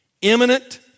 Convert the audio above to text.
imminent